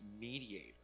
mediator